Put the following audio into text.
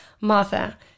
Martha